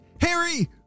Harry